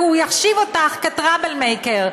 כי הוא יחשיב אותך כ"טראבל מייקר",